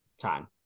time